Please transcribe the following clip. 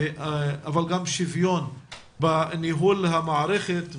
אבל גם שוויון בניהול המערכת,